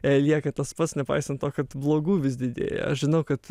lieka tas pats nepaisant to kad blogų vis didėja aš žinau kad